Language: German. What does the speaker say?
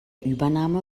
übernahme